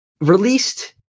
Released